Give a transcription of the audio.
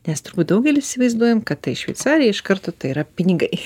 nes turbūt daugelis įsivaizduojam kad tai šveicarija iš karto tai yra pinigai